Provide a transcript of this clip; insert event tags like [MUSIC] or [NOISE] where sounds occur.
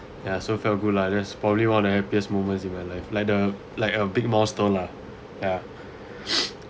ya so felt good lah there's probably one of the happiest moments in my life like the like a big milestone lah ya [BREATH]